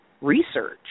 research